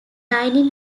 dining